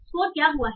score क्या हुआ है